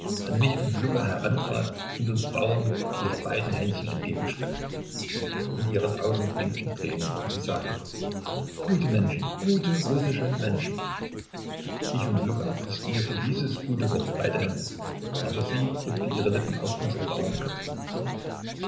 an mich und luka herantrat und uns bauern ihre beiden händchen entgegenstreckte in ihren augen blinkten tränen und sie sagte gute menschen gute russische menschen ich und luka küßten ihr für dieses gute wort beide hände aber sie drückte ihre lippen auf unsere